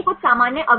छात्र 360